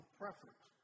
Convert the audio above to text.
preference